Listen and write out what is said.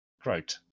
Great